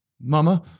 mama